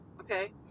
Okay